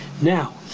Now